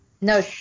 No